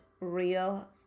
real